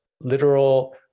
literal